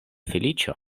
feliĉo